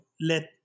let